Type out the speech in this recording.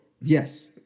Yes